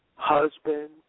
Husband